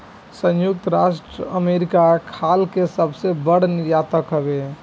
संयुक्त राज्य अमेरिका खाल के सबसे बड़ निर्यातक हवे